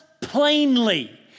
plainly